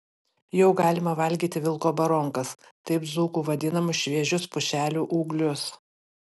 jau galima valgyti vilko baronkas taip dzūkų vadinamus šviežius pušelių ūglius